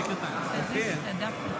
דבר.